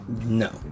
No